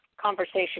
conversation